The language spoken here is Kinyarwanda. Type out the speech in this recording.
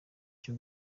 cyo